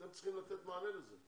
אתם צריכים לתת לזה מענה כי